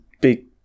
big